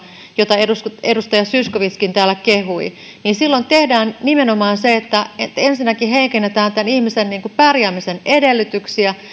jota edustaja edustaja zyskowiczkin täällä kehui silloin tehdään nimenomaan se että ensinnäkin heikennetään tämän ihmisen pärjäämisen edellytyksiä